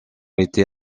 été